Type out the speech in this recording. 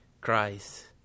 Christ